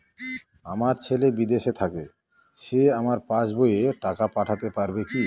আমার ছেলে বিদেশে থাকে সে আমার পাসবই এ টাকা পাঠাতে পারবে কি?